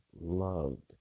loved